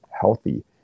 healthy